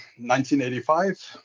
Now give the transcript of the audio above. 1985